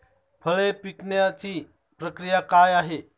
फळे पिकण्याची प्रक्रिया काय आहे?